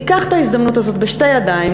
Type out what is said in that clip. ניקח את ההזדמנות הזאת בשתי ידיים,